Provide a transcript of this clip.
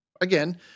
Again